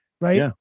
right